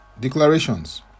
Declarations